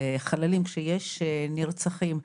כשיש נרצחים,